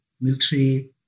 military